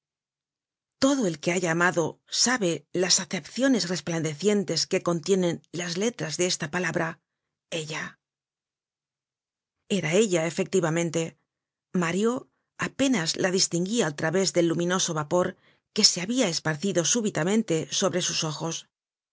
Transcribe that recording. todo el que haya amado sabe las acepciones resplandecientes que contienen las tres letras de esta palabra ella era ella efectivamente mario apenas la distinguia al través del luminoso vapor que se habia esparcido súbitamente sobre sus ojos era